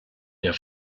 der